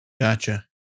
Gotcha